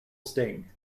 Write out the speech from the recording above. sting